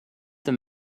him